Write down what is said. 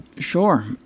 Sure